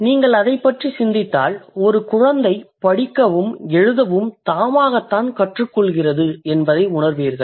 நீங்கள் அதைப் பற்றி சிந்தித்தால் ஒரு குழந்தை படிக்கவும் எழுதவும் தாமதமாகத்தான் கற்றுக்கொள்கிறது என்பதை உணர்வீர்கள்